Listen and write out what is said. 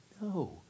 no